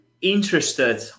interested